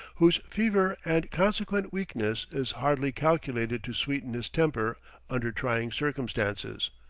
whose fever and consequent weakness is hardly calculated to sweeten his temper under trying circumstances.